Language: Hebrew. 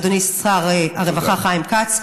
אדוני שר הרווחה חיים כץ,